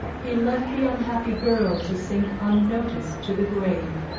he left the unhappy girl to sink unnoticed to the grave,